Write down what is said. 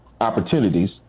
opportunities